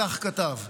כך כתב: